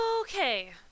Okay